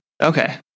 okay